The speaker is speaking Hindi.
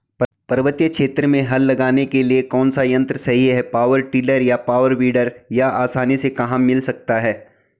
पर्वतीय क्षेत्रों में हल लगाने के लिए कौन सा यन्त्र सही है पावर टिलर या पावर वीडर यह आसानी से कहाँ मिल सकता है?